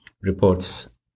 reports